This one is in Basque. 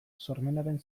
sormenaren